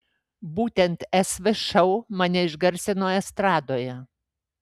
būtent sv šou mane išgarsino estradoje